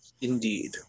Indeed